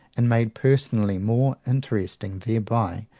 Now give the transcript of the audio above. and made personally more interesting thereby,